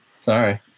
Sorry